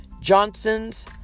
Johnson's